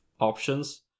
options